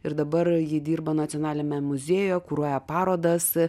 ir dabar ji dirba nacionaliniame muziejuje kuruoja parodas